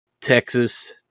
Texas